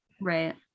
right